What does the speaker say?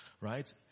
Right